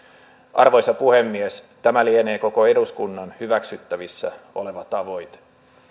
arvoisa puhemies tämä lienee koko eduskunnan hyväksyttävissä oleva tavoite